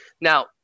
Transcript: Now